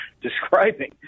describing